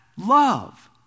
love